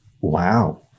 Wow